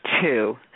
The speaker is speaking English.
two